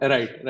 Right